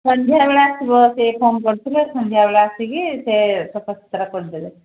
ସନ୍ଧ୍ୟାବେଳେ ଆସିବ ସିଏ ଫୋନ୍ କରିଥିଲେ ସନ୍ଧ୍ୟାବେଳେ ଆସିକି ସେ ସଫା ସୁତୁରା କରିଦେବେ